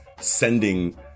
sending